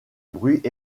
bruit